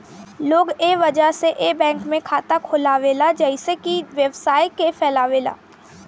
लोग कए वजह से ए बैंक में खाता खोलावेला जइसे कि व्यवसाय के फैलावे ला